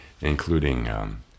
including